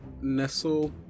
Nestle